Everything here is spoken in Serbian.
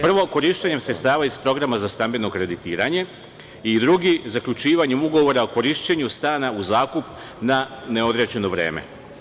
Prvo, korišćenjem sredstava iz programa za stambeno kreditiranje i, drugi, zaključivanjem ugovora o korišćenju stana u zakup na neodređeno vreme.